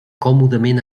còmodament